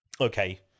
okay